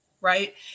right